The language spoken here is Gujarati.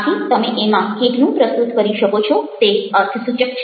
આથી તમે એમાં કેટલું પ્રસ્તુત કરી શકો છો તે અર્થસૂચક છે